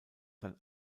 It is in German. sein